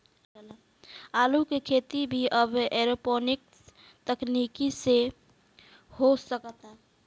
आलू के खेती भी अब एरोपोनिक्स तकनीकी से हो सकता